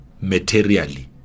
materially